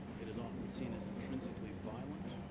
it is often seen as intrinsically violent,